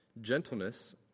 gentleness